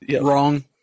Wrong